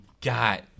God